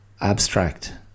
abstract